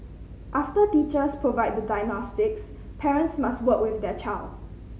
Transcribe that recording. after teachers provide the diagnostics parents must work with their child